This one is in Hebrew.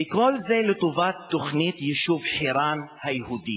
וכל זה לטובת תוכנית היישוב חירן היהודי,